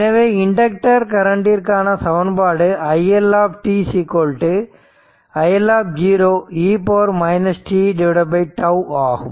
எனவே இண்டக்டர் கரண்ட்டிற்கான சமன்பாடு ஆனது i L i L e t τ ஆகும்